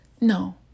No